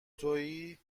توی